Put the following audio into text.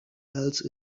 else